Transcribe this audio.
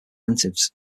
incentives